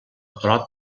prop